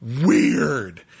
weird